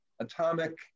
Atomic